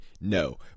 no